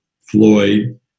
Floyd